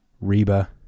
Reba